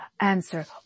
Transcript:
answer